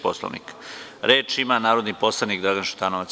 Poslovnika? (Da) Reč ima narodni poslanik Dragan Šutanovac.